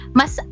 mas